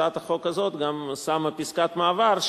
הצעת החוק הזאת גם שמה פסקת מעבר,